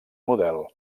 model